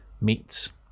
meats